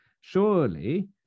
surely